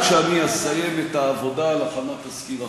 שאני אסיים את העבודה על הכנת תזכיר החוק.